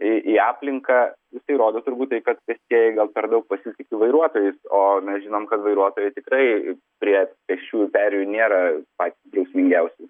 į į aplinką jisai rodo turbūt tai kad pėstieji gal per daug pasitiki vairuotojais o mes žinom kad vairuotojai tikrai prie pėsčiųjų perėjų nėra patys drausmingiausi